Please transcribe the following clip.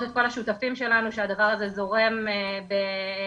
את כל השותפים שלנו שהדבר הזה זורם בדמם,